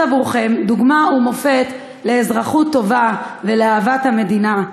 עבורכם דוגמה ומופת לאזרחות טובה ולאהבת המדינה,